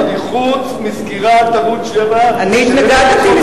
חוץ מסגירת ערוץ-7,